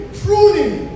pruning